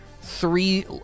three